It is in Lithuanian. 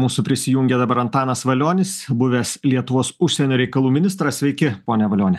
mūsų prisijungė dabar antanas valionis buvęs lietuvos užsienio reikalų ministras sveiki pone valioni